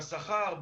בשכר,